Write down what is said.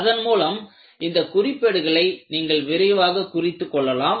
அதன்மூலம் இந்த குறிப்பேடுகளை நீங்கள் விரைவாக குறித்துக் கொள்ளலாம்